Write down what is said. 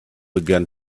began